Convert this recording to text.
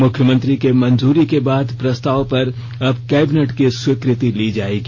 मुख्यमंत्री के मंजूरी के बाद प्रस्ताव पर अब कैबिनेट की स्वीकृति ली जायेगी